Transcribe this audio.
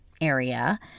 area